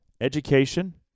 education